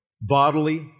bodily